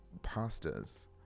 pastas